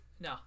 No